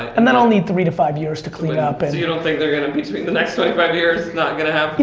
and then i'll need three to five years to cleanup and so, you don't they're gonna, between the next twenty five years, not gonna happen?